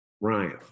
Ryan